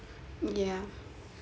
yeah